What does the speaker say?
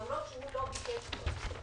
למרות שהוא לא ביקש זאת,